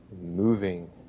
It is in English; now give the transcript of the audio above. moving